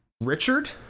Richard